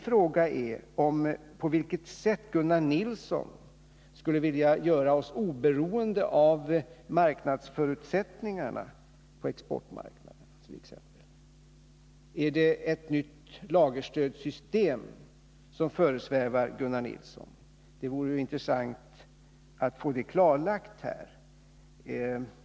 Jag vill fråga på vilket sätt Gunnar Nilsson skulle vilja göra oss oberoende av marknadsförutsättningarna för exempelvis exportindustrin. Är det ett nytt lagerstödssystem som föresvävar honom? Det vore intressant att få detta klarlagt här.